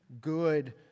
good